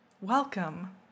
Welcome